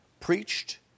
preached